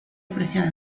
apreciada